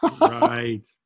right